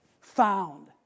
found